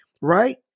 right